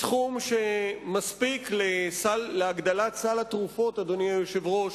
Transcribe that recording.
סכום שמספיק להגדלת סל התרופות, אדוני היושב-ראש,